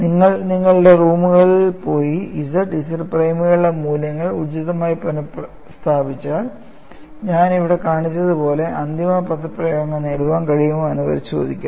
നിങ്ങൾ നിങ്ങളുടെ റൂമുകളിൽ പോയി Z Z പ്രൈമുകളുടെ മൂല്യങ്ങൾ ഉചിതമായി പുനഃ സ്ഥാപിച്ചാൽ ഞാൻ ഇവിടെ കാണിച്ചതുപോലുള്ള അന്തിമ പദപ്രയോഗങ്ങൾ നേടാൻ കഴിയുമോ എന്ന് പരിശോധിക്കുക